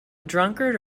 drunkard